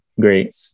Great